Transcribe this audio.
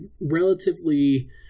relatively